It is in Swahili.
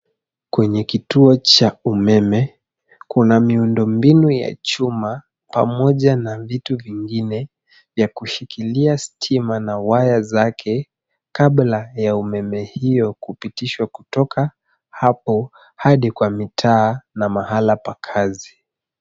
Kwenye kituo cha umeme kuna miundombinu ya chuma pamoja na vitu vingine ya kushkilia stima na waya zake kabla ya umeme hio kupitishwa kutoka hapo hadi kwa mitaa na mahali pa kazi.